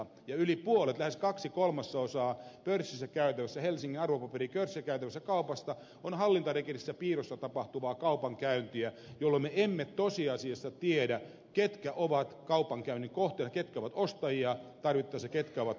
ja yli puolet lähes kaksi kolmasosaa helsingin pörssissä käytävästä kaupasta on hallintarekisterissä piilossa tapahtuvaa kaupankäyntiä jolloin me emme tosiasiassa tiedä mitä on kaupankäynnissä kohteena ketkä ovat ostajia ketkä ovat myyjiä